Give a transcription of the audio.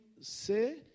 say